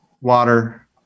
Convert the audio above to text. water